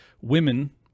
Women